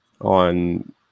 on